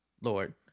Lord